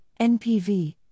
NPV